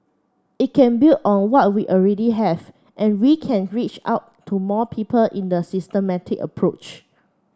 it can build on what we already have and we can reach out to more people in the systematic approach